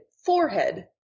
forehead